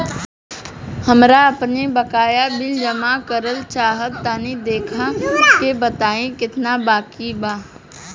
हमरा आपन बाकया बिल जमा करल चाह तनि देखऽ के बा ताई केतना बाकि बा?